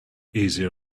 easier